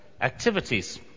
activities